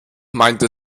meinte